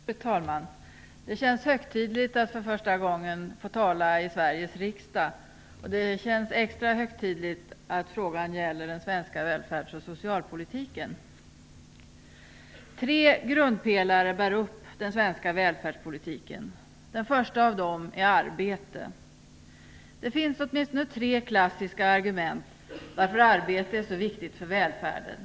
Fru talman! Det känns högtidligt att för första gången få tala i Sveriges riksdag. Det känns extra högtidligt att frågan gäller den svenska välfärds och socialpolitiken. Tre grundpelare bär upp den svenska välfärdspolitiken. Den första av dem är arbete. Det finns åtminstone tre klassiska argument för att arbete är så viktigt för välfärden.